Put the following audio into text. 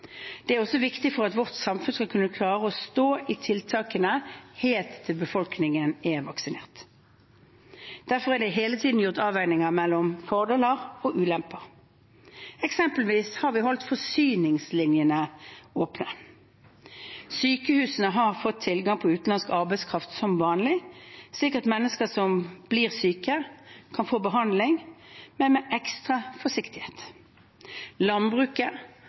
Det er også viktig for at vårt samfunn skal kunne klare å stå i tiltakene helt til befolkningen er vaksinert. Derfor har det hele tiden vært gjort avveininger mellom fordeler og ulemper. Eksempelvis har vi holdt forsyningslinjene åpne. Sykehusene har fått tilgang på utenlandsk arbeidskraft som vanlig, slik at mennesker som blir syke, kan få behandling, men med ekstra forsiktighet. Landbruket